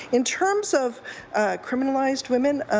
in terms of criminalized women,